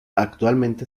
actualmente